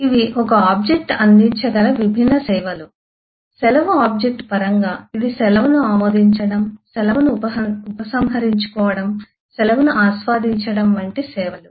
ఇవి ఒక ఆబ్జెక్ట్ అందించగల విభిన్న సేవలు సెలవు ఆబ్జెక్ట్ పరంగా ఇది సెలవును ఆమోదించడం సెలవును ఉపసంహరించుకోవడం సెలవును ఆస్వాదించడం వంటి సేవలు